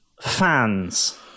fans